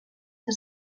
que